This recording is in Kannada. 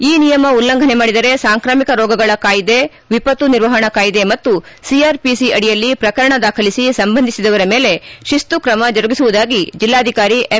ಈ ನಿಯಮ ಉಲ್ಲಂಘನೆ ಮಾಡಿದರೆ ಸಾಂಕ್ರಾಮಿಕ ರೋಗಗಳ ಕಾಯ್ದೆ ವಿಪತ್ತು ನಿರ್ವಪಣಾ ಕಾಯ್ದೆ ಮತ್ತು ಸಿಆರ್ಪಿಸಿ ಅಡಿಯಲ್ಲಿ ಪ್ರಕರಣ ದಾಖಲಿಸಿ ಸಂಬಂಧಿಸಿದವರ ಮೇಲೆ ಶಿಸ್ತು ಕ್ರಮ ಜರುಗಿಸುವುದಾಗಿ ಜಿಲ್ಲಾಧಿಕಾರಿ ಎಂ